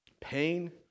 pain